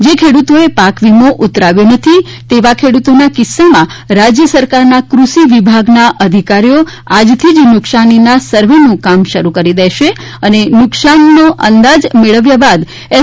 જે ખેડૂતોએ પાક વિમો ઉતરાવ્યો નથી તેવા ખેડૂતોના કિસ્સામાં રાજ્ય સરકારના કુષિ વિભાગના અધિકારીઓ આજથી જ નુકસાનીના સર્વેનું કામ શરૂ કરી દેશે અને નુકસાન અંદાજ મેળવ્યા બાદ એસ